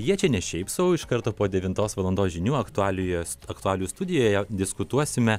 jie čia ne šiaip sau iš karto po devintos valandos žinių aktualijos aktualijų studijoje diskutuosime